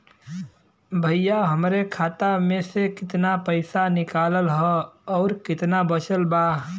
भईया हमरे खाता मे से कितना पइसा निकालल ह अउर कितना बचल बा?